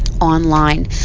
online